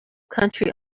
country